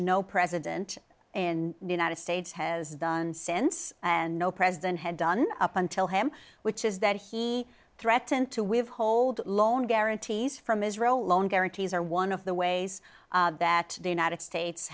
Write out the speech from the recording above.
no president in the united states has done since and no president had done up until him which is that he threatened to withhold loan guarantees from israel loan guarantees or one of the ways that the united states